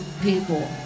people